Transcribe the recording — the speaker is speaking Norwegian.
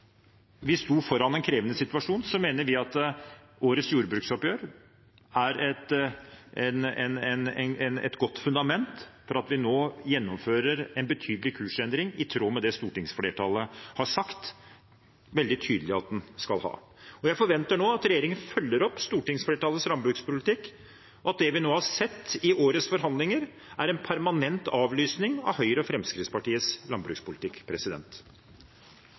vi sto foran en krevende situasjon, mener vi at årets jordbruksoppgjør er et godt fundament for at vi nå gjennomfører en betydelig kursendring i tråd med det stortingsflertallet har sagt veldig tydelig at man skal ha. Jeg forventer nå at regjeringen følger opp stortingsflertallets landbrukspolitikk, og at det vi nå har sett i årets forhandlinger, er en permanent avlysning av Høyre og Fremskrittspartiets landbrukspolitikk.